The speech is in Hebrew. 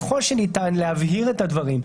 ככל שניתן להבהיר את הדברים,